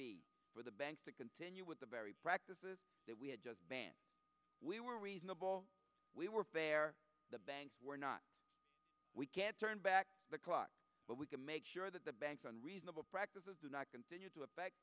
be for the banks to continue with the very practices that we had just we were reasonable we were there the banks were not we can't turn back the clock but we can make sure that the banks and reasonable practices do not continue to affect